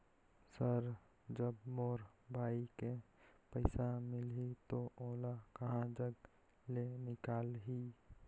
Sir जब मोर भाई के पइसा मिलही तो ओला कहा जग ले निकालिही?